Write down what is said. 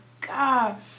God